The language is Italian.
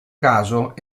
caso